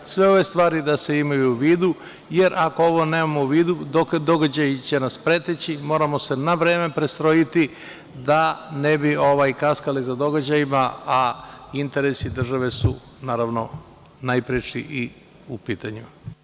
Sve ove stvari da se imaju u vidu, jer ako ovo nemamo u vidu događaji će nas preteći, moramo se na vreme prestrojiti da ne bi kaskali za događajima, a interesi države su najpreči i u pitanju.